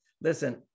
listen